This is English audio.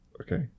Okay